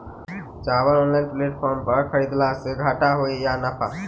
चावल online platform पर खरीदलासे घाटा होइ छै या नफा?